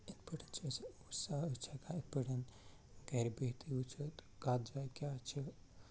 اِتھ پٲٹھۍ چھِ أسۍ اِمَو سا أسۍ چھِ ہٮ۪کان اِتھ پٲٹھۍ گَرِ بِہتٕے وٕچھِتھ کَتھ جایہِ کیٛاہ چھِ